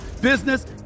business